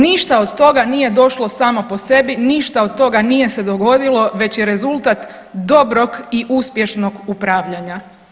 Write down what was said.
Ništa od toga nije došlo samo po sebi, ništa od toga nije se dogodilo već je rezultat dobrog i uspješnog upravljanja.